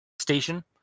station